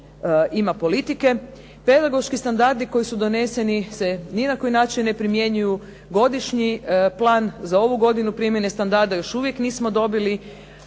ima politike. Pedagoški standardi koji su doneseni se ni na koji način ne primjenjuju, godišnji plan za ovu godinu primjene standarda još uvijek nismo dobili,